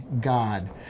God